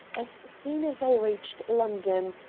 as soon as i reached london.